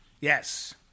yes